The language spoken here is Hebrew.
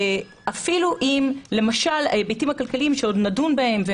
אפילו עם למשל ההיבטים הכלכליים, שעוד נדון בהם,